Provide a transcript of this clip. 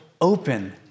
open